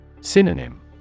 Synonym